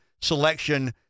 selection